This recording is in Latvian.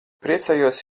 priecājos